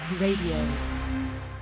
RADIO